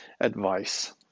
advice